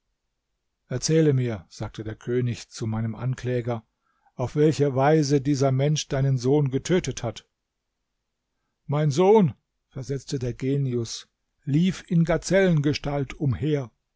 erzähle mir sagte der könig zu meinem ankläger auf welche weise dieser mensch deinen sohn getötet hat mein sohn versetzte der genius lief in gazellengestalt umher